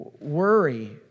worry